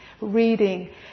reading